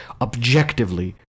objectively